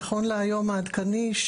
נכון להיום העדכני,